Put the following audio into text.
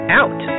out